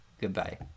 Goodbye